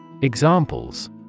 Examples